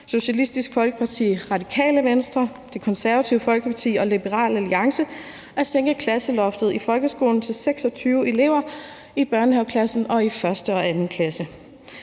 Socialistisk Folkeparti, Radikale Venstre, Det Konservative Folkeparti og Liberal Alliance at sænke klasseloftet i folkeskolen til 26 elever i børnehaveklassen og i 1. og 2. klasse.